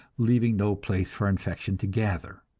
leaving no place for infection to gather.